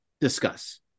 Discuss